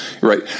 Right